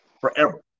forever